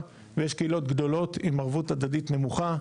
ויש קהילות גבוהות עם ערבות הדדית נמוכה.